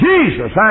Jesus